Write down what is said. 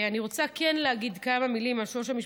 אני רוצה להגיד כמה מילים על שלוש המשפחות,